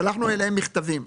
ושלחנו אליהם מכתבים.